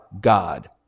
God